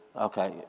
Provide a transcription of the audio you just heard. Okay